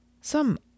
Some